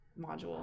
module